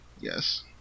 Yes